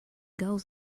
girls